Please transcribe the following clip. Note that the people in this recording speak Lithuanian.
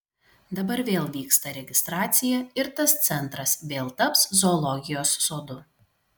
dabar vėl vyksta registracija ir tas centras vėl taps zoologijos sodu